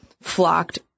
flocked